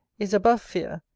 is above fear,